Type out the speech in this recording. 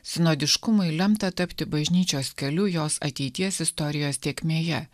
sinodiškumui lemta tapti bažnyčios keliu jos ateities istorijos tėkmėje